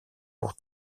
pour